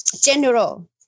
general